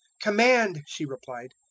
command, she replied,